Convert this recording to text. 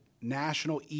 National